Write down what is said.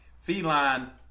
Feline